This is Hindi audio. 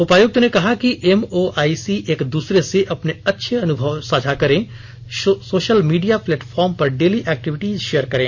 उपायुक्त ने कहा कि एमओआईसी एक दूसरे से अपने अच्छे अनुभव साझा करें सोशल मीडिया प्लेटफार्म पर डेली एक्टिविटीज शेयर करें